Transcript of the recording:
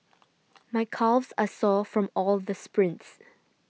my calves are sore from all the sprints